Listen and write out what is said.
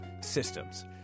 systems